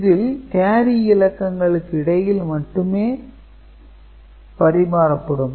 இதில் கேரி இலக்கங்களுக்கு இடையில் மட்டுமே பரிமாறப்படும்